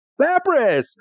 Lapras